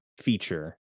feature